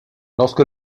lorsque